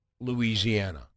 Louisiana